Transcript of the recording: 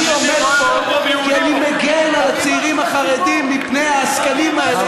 אני עומד פה כי אני מגן על הצעירים החרדים מפני העסקנים האלה.